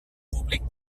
públic